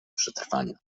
przetrwania